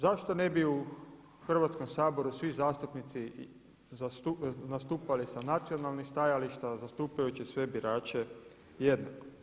Zašto ne bi u Hrvatskom saboru svi zastupnici nastupali sa nacionalnih stajališta zastupajući sve birače jednako?